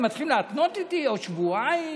ואתם מתחילים להתנות איתי: עוד שבועיים,